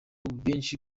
benshi